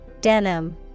Denim